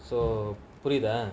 so புரியுதா:puriutha